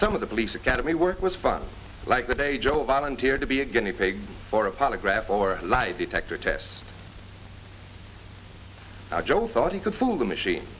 some of the police academy work was fun like the day job volunteered to be a guinea pig for a polygraph or lie detector tests job thought he could fool the machine